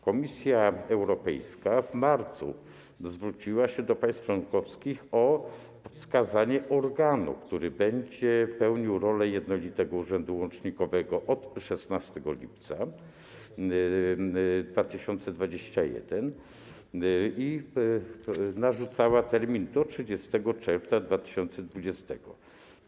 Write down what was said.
Komisja Europejska w marcu zwróciła się do państw członkowskich o wskazanie organu, który będzie pełnił funkcję jednolitego urzędu łącznikowego od 16 lipca 2021 r., i narzuciła termin do 30 czerwca 2020 r.